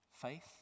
faith